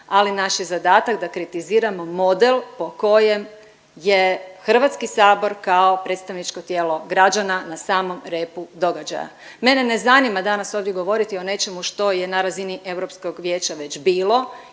ali naš je zadatak da kritiziramo model po kojem je Hrvatski sabor kao predstavničko tijelo građana na samom repu događaja. Mene ne zanima danas ovdje govoriti o nečemu što je na razini Europskog vijeća već bilo